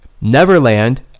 Neverland